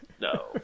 No